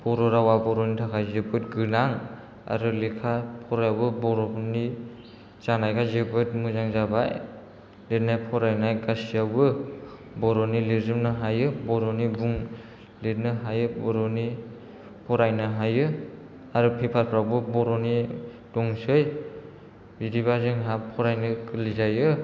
बर' रावआ बर'नि थाखाय जोबोद गोनां आरो लेखा फरायावबो बर'फोरनि जानायखाय जोबोद मोजां जाबाय लिरनाय फरायनाय गासैयावबो बर'नि लिरजोबनो हायो बर'नि लिरनो हायो बर'नि फरायनो हायो आरो पेपार फोरावबो बर'नि दङसै बिदिब्ला जोंहा फरायनो गोरलै जायो